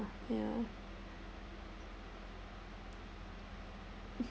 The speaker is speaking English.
yeah